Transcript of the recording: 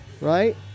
Right